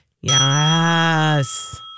Yes